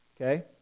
Okay